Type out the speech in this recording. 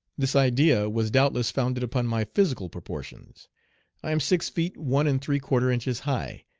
this idea was doubtless founded upon my physical proportions i am six feet one and three-quarter inches high,